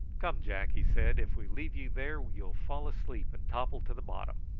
come, jack, he said, if we leave you there you'll fall asleep and topple to the bottom.